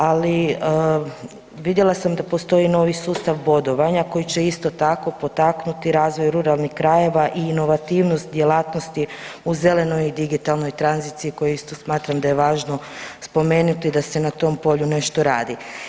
Ali vidjela sam da postoji novi sustav bodovanja koji će isto tako potaknuti razvoj ruralnih krajeva i inovativnost djelatnosti u zelenoj digitalnoj tranziciji koju isto smatram da je važno spomenuti da se na tom polju nešto radi.